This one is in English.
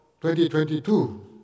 2022